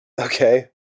Okay